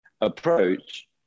approach